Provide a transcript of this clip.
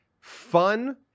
fun